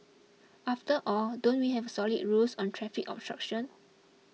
after all don't we have solid rules on traffic obstruction